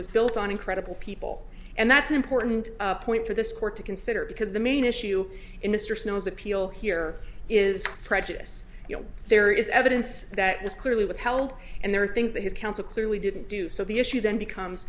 was built on incredible people and that's an important point for this court to consider because the main issue in mr snow's appeal here is precious you know there is evidence that was clearly withheld and there are things that his counsel clearly didn't do so the issue then becomes